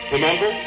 Remember